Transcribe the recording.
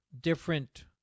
different